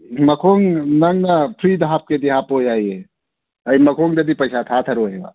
ꯃꯈꯣꯡ ꯅꯪꯅ ꯐ꯭ꯔꯤꯗ ꯍꯥꯞꯀꯦꯗꯤ ꯍꯥꯞꯄꯣ ꯌꯥꯏꯌꯦ ꯑꯩ ꯃꯈꯣꯡꯗꯗꯤ ꯄꯩꯁꯥ ꯊꯥꯊꯔꯣꯏꯕ